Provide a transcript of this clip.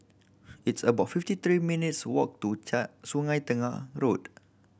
it's about fifty three minutes walk to Sungei Tengah Road